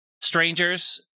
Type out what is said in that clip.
strangers